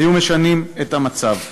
היו משנים את המצב.